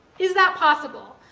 is that possible?